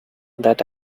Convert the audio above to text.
that